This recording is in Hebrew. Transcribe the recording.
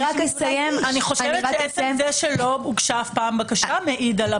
אני חושבת שעצם זה שאף פעם לא הוגשה בקשה מעידה.